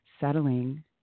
settling